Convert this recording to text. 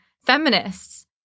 feminists